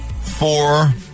four